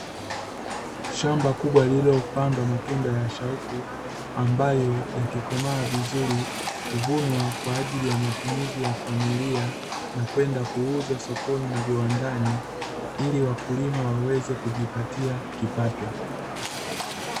Shamba kubwa lililopandwa matunda ya shauku, ambayo yakikomaa vizuri huvunwa kwa ajili ya matumizi ya familia na kwenda kuuzwa sokoni na viwandani ili wakulima waweze kujipatia kipato.